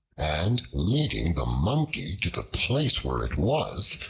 and leading the monkey to the place where it was,